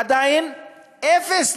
עדיין אפס,